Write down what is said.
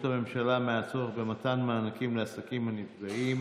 הממשלה מהצורך במתן מענקים לעסקים הנפגעים